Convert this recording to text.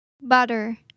Butter